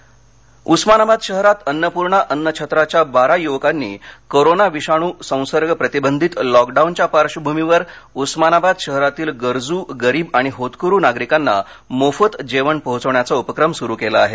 अन्नपर्णा अन्नछत्त् उस्मानाबाद शहरात अन्नपूर्णा अन्नछत्राच्या बारा युवकांनी करोना विषाणू संसर्ग प्रतिबंधक लॉक डाऊनच्या पार्श्वभूमीवर उस्मानाबाद शहरातील गरजू गरीब आणि होतकरू नागरिकांना मोफत जेवण पोहचवण्याचा उपक्रम सुरू केला आहे